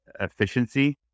efficiency